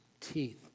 teeth